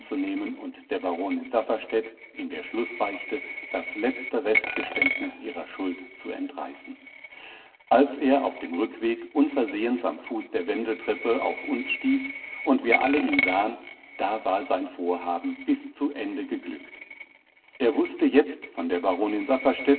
und der baronin safferstätt in der schlußbeichte das letzte restgeständnis ihrer schuld zu entreißen als er auf dem rückweg unversehens am fuß der wendeltreppe auf uns stieß und wir alle ihn sahen da war sein vorhaben bis zu ende geglückt er wußte jetzt von der